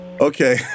Okay